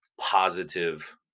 positive